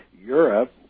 Europe